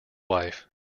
wife